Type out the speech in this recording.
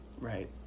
right